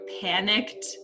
panicked